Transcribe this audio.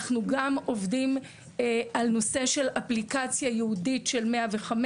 אנחנו גם עובדים על נושא של אפליקציה ייעודית של 105,